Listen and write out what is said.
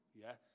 Yes